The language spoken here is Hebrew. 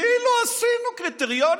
כאילו עשינו קריטריונים,